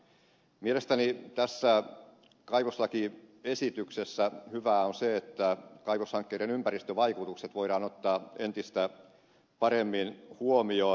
mielestäni tässä kaivoslakiesityksessä hyvää on se että kaivoshankkeiden ympäristövaikutukset voidaan ottaa entistä paremmin huomioon